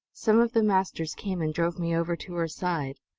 some of the masters came and drove me over to her side.